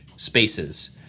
spaces